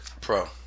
Pro